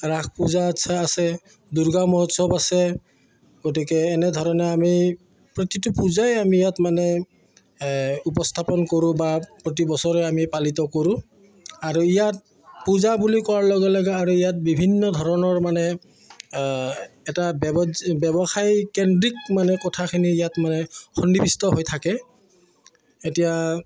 ৰাস পূজা আচ্ছা আছে দুৰ্গা মহোৎসৱ আছে গতিকে এনেধৰণে আমি প্ৰতিটো পূজাই আমি ইয়াত মানে উপস্থাপন কৰোঁ বা প্ৰতি বছৰে আমি পালিত কৰোঁ আৰু ইয়াত পূজা বুলি কোৱাৰ লগে লগে আৰু ইয়াত বিভিন্ন ধৰণৰ মানে এটা ব্যৱ ব্যৱসায় কেন্দ্ৰিক মানে কথাখিনি ইয়াত মানে সন্নিৱিষ্ট হৈ থাকে এতিয়া